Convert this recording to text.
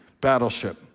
battleship